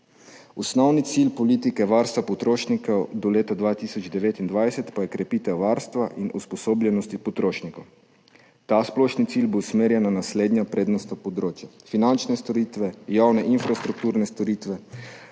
Osnovni cilj politike varstva potrošnikov do leta 2029 pa je krepitev varstva in usposobljenosti potrošnikov. Ta splošni cilj bo usmerjen na naslednja prednostna področja – finančne storitve, javne infrastrukturne storitve,